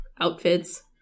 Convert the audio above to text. outfits